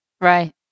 right